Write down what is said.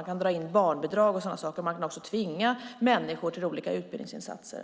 Man kan dra in barnbidrag och sådana saker. Man kan också tvinga människor till olika utbildningsinsatser.